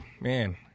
man